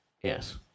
Yes